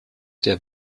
der